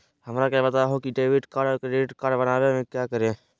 हमरा के बताओ की डेबिट कार्ड और क्रेडिट कार्ड बनवाने में क्या करें?